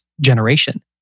generation